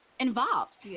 involved